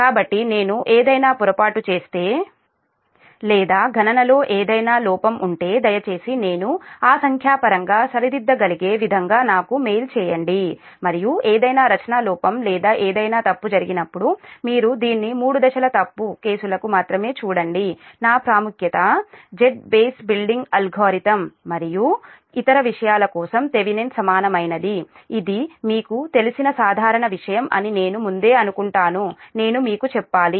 కాబట్టి నేను ఏదైనా పొరపాటు చేస్తే లేదా గణనలో ఏదైనా లోపం ఉంటే దయచేసి నేను ఆ సంఖ్యాపరంగా సరిదిద్ద గలిగే విధంగా నాకు మెయిల్ చేయండి మరియు ఏదైనా రచన లోపం లేదా ఏదైనా తప్పు జరిగినప్పుడు మీరు దీన్ని మూడు దశల తప్పు కేసులకు మాత్రమే చూడండి నా ప్రాముఖ్యత Z బస్ బిల్డింగ్ అల్గోరిథం మరియు ఇతర విషయాల కోసం థెవెనిన్ సమానమైనది ఇది మీకు తెలిసిన సాధారణ విషయం అని నేను ముందే అనుకుంటాను నేను మీకు చెప్పాలి